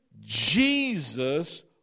Jesus